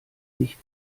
nicht